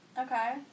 okay